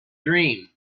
dream